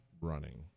running